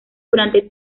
durante